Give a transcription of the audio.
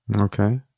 okay